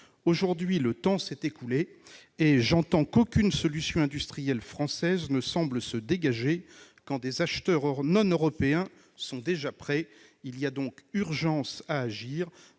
Aujourd'hui, le temps s'est écoulé, et j'entends qu'aucune solution industrielle française ne semble se dégager, quand des acheteurs non européens semblent déjà prêts. Il y a donc urgence à agir.